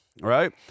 right